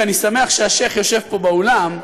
ואני שמח שהשיח' יושב פה באולם,